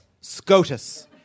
Scotus